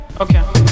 Okay